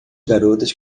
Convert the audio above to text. garotas